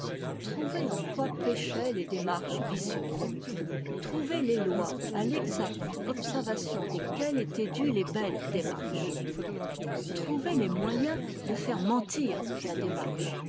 trouver en quoi péchaient les démarches vicieuses trouver les lois à l'exacte observ ation desquelles étaient dues les belles démarches trouver les moyens de faire mentir la démarche